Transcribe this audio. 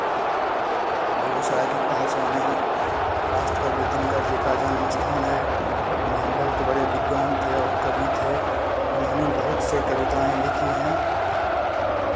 बेगूसराय की पहचान यहाँ राष्ट्र कवि दिनकर जी का जन्म स्थान है वह बहुत बड़े विद्वान थे और कवि थे उन्होंने बहुत सी कविताएँ लिखी हैं